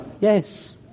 yes